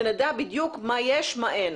שנדע בדיוק מה יש ומה אין.